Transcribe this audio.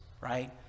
right